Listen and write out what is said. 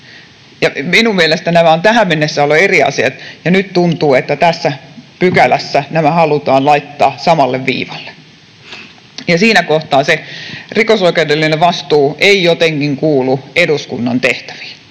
Minun mielestäni nämä ovat tähän mennessä olleet eri asioita, ja nyt tuntuu, että tässä pykälässä nämä halutaan laittaa samalle viivalle. Siinä kohtaa se rikosoikeudellinen vastuu ei jotenkin kuulu eduskunnan tehtäviin.